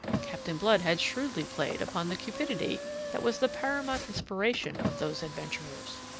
captain blood had shrewdly played upon the cupidity that was the paramount inspiration of those adventurers.